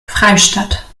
freistadt